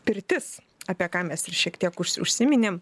pirtis apie ką mes ir šiek tiek užsiminėm